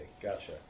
Gotcha